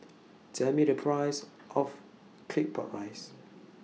Tell Me The Price of Claypot Rice